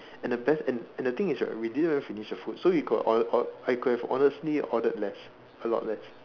and the best and the thing is right we didn't even finish the food so you could or~ or~ ordered I could have honestly ordered less a lot less